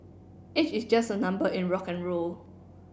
age is just a number in rock N roll